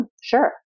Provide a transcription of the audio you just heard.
Sure